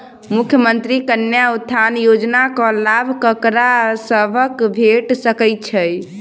मुख्यमंत्री कन्या उत्थान योजना कऽ लाभ ककरा सभक भेट सकय छई?